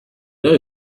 know